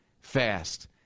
fast